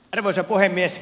arvoisa puhemies